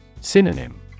Synonym